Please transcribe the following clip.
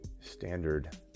standard